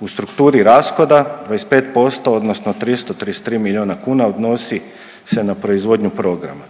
U strukturi rashoda 25% odnosno 333 miliona kuna odnosi se na proizvodnju programa.